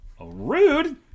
rude